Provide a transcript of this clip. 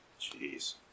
Jeez